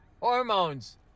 hormones